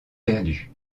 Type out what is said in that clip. perdue